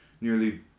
nearly